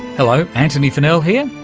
hello, antony funnell here,